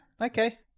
okay